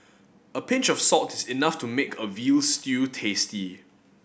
a pinch of salt is enough to make a veal stew tasty